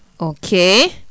Okay